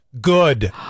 Good